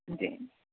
त्यही